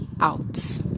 out